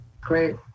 great